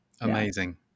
Amazing